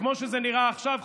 וכמו שזה נראה עכשיו,